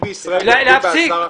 להפסיק.